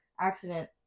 accident